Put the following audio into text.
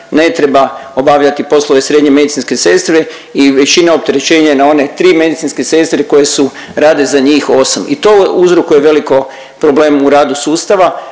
ne treba obavljati poslove srednje medicinske sestre i većina opterećenja je na one tri medicinske sestre koje su rade za njih osam. I to uzrokuje veliko problem u radu sustava.